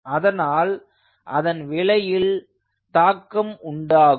அதனால் அதன் விலையில் தாக்கம் உண்டாகும்